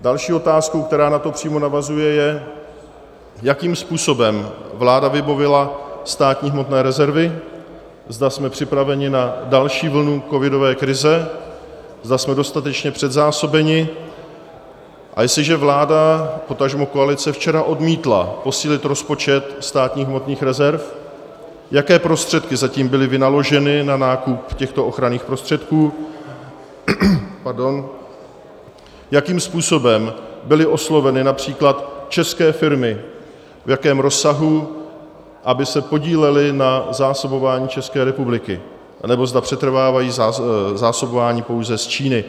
Další otázkou, která na to přímo navazuje, je, jakým způsobem vláda vybavila státní hmotné rezervy, zda jsme připraveni na další vlnu covidové krize, zda jsme dostatečně předzásobeni, a jestliže vláda, potažmo koalice včera odmítla posílit rozpočet státních hmotných rezerv, jaké prostředky zatím byly vynaloženy na nákup těchto ochranných prostředků, jakým způsobem byly osloveny například české firmy, v jakém rozsahu, aby se podílely na zásobování České republiky, anebo zda přetrvávají zásobování pouze z Číny.